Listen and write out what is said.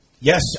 Yes